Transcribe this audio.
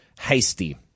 hasty